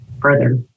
further